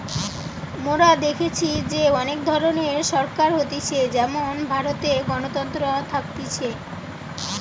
মোরা দেখেছি যে অনেক ধরণের সরকার হতিছে যেমন ভারতে গণতন্ত্র থাকতিছে